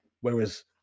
whereas